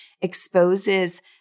exposes